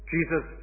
Jesus